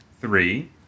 three